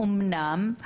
אמנם,